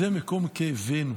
זה מקום כאבנו.